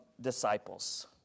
disciples